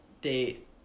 date